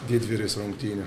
didvyris rungtynių